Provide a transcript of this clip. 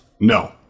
No